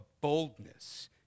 boldness